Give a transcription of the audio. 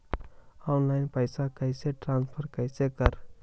Online पैसा कैसे transfer कैसे कर?